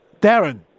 Darren